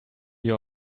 you